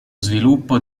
sviluppo